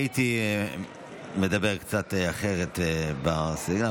הייתי מדבר קצת אחרת בנושא.